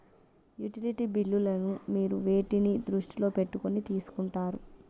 Utility బిల్లులను మీరు వేటిని దృష్టిలో పెట్టుకొని తీసుకుంటారు?